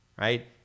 right